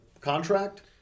contract